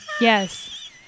Yes